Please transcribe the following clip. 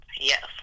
Yes